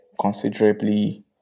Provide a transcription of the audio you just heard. considerably